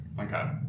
Okay